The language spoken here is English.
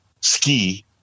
Ski